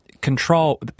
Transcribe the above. control